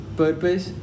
purpose